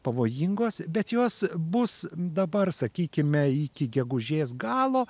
pavojingos bet jos bus dabar sakykime iki gegužės galo